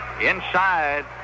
Inside